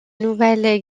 nouvelle